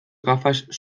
gafas